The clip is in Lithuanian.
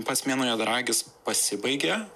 pats mėnuo juodaragis pasibaigė